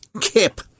kip